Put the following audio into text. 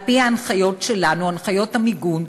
על-פי ההנחיות שלנו, הנחיות המיגון,